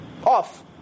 off